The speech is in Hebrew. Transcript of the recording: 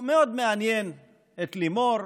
מאוד מעניין את לימור,